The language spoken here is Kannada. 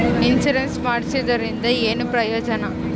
ಇನ್ಸುರೆನ್ಸ್ ಮಾಡ್ಸೋದರಿಂದ ಏನು ಪ್ರಯೋಜನ?